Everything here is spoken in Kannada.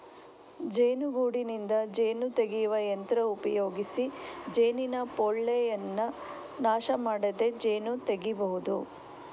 ಜೇನುಗೂಡಿನಿಂದ ಜೇನು ತೆಗೆಯುವ ಯಂತ್ರ ಉಪಯೋಗಿಸಿ ಜೇನಿನ ಪೋಳೆಯನ್ನ ನಾಶ ಮಾಡದೆ ಜೇನು ತೆಗೀಬಹುದು